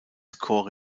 corps